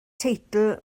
teitl